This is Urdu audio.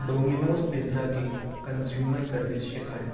ڈومنوز پیزا کی کنزیومر سروس شکایت